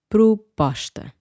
Proposta